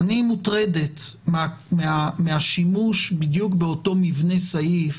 אני מוטרדת מהשימוש בדיוק באותו מבנה סעיף